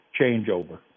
changeover